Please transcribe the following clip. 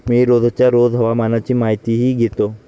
मी रोजच्या रोज हवामानाची माहितीही घेतो